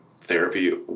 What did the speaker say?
therapy